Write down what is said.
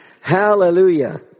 Hallelujah